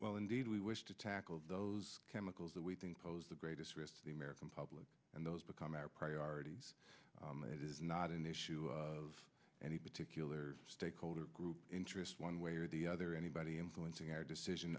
well indeed we wish to tackle those chemicals that we think pose the greatest risk to the american public and those become our priorities that is not an issue of any particular stakeholder group interests one way or the other anybody influencing our decision